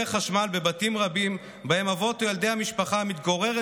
חשמל בבתים רבים שבהם אבות או ילדי המשפחה המתגוררת